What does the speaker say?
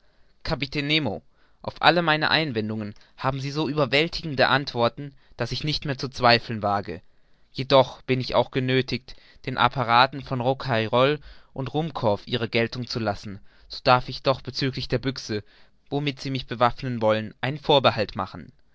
auf alle meine einwendungen haben sie so überwältigende antworten daß ich nicht mehr zu zweifeln wage jedoch bin ich auch genöthigt den apparaten von rouquayrol und ruhmkorff ihre geltung zu lassen so darf ich doch bezüglich der büchse womit sie mich bewaffnen wollen einen vorbehalt machen